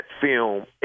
film